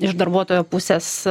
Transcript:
iš darbuotojo pusės